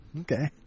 Okay